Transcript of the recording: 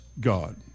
God